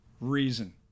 reason